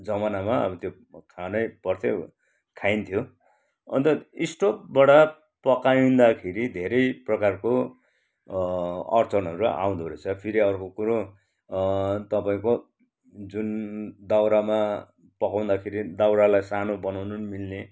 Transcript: जमानामा अब त्यो खानै पर्थ्यो खाइन्थ्यो अन्त स्टोभबाट पकाइँदाखेरि धेरै प्रकारको अडचनहरू आउँदो रहेछ फेरि अर्को कुरो तपाईँको जुन दाउरामा पकाउँदाखेरि दाउरालाई सानो बनाउनु पनि मिल्ने